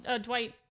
Dwight